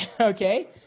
okay